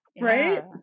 right